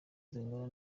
zingana